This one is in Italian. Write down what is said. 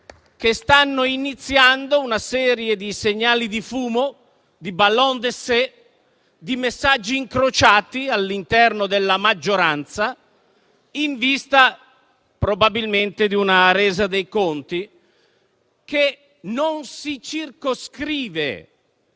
che stanno iniziando una serie di segnali di fumo, di *ballon d'essai*, di messaggi incrociati all'interno della maggioranza, in vista probabilmente di una resa dei conti che non si circoscrive